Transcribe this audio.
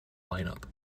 lineup